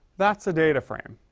that's a data frame.